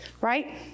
right